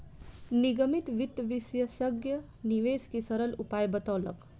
निगमित वित्त विशेषज्ञ निवेश के सरल उपाय बतौलक